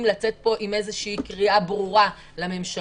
חייבים לצאת כאן עם איזושהי קריאה ברורה לממשלה,